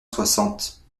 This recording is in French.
soixante